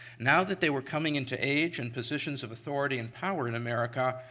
now that they were coming into age and positions of authority and power in america,